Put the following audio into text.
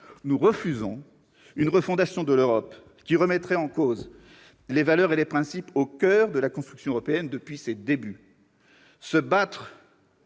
Nous refusons une refondation de l'Europe qui remettrait en cause les valeurs et les principes qui sont au coeur de la construction européenne depuis ses débuts. Se battre